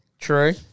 True